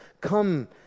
Come